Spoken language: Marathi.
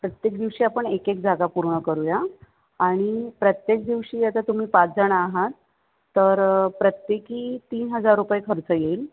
प्रत्येक दिवशी आपण एकेक जागा पूर्ण करूया आणि प्रत्येक दिवशी आता तुम्ही पाचजणं आहात तर प्रत्येकी तीन हजार रुपये खर्च येईल